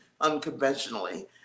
unconventionally